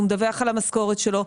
הוא מדווח על המשכורת שלו,